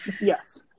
Yes